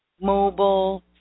mobile